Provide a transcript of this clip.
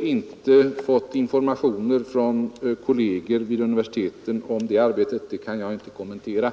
inte har fått informationer från kolleger vid universiteten om det arbetet kan jag inte kommentera.